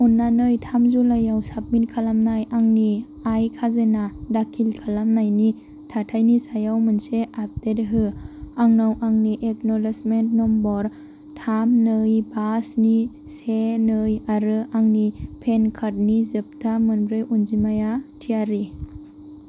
अन्नानै थाम जुलाइयाव साबमिट खालामनाय आंनि आय खाजोना दाखिल खालामनायनि थाथायनि सायाव मोनसे आपडेट हो आंनाव आंनि एक्न'लेजमेन्ट नम्बर थाम नै बा स्नि से नै आरो आंनि पान कार्डनि जोबथा मोनब्रै अनजिमाया थियारि